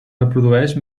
reprodueix